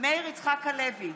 מאיר יצחק הלוי,